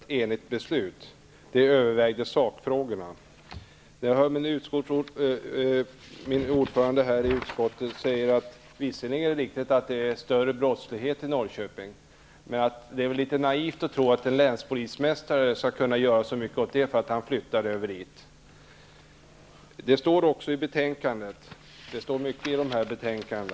Herr talman! Det här är ett beslut där sakfrågorna inte överväger. Ordföranden i utskottet säger att det visserligen är riktigt att brottsligheten är större i Norrköping. Men det är väl litet naivt att tro att en länspolismästare skall kunna göra så mycket åt den saken bara för att han flyttar dit. Det står mycket i dessa betänkanden.